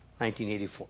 1984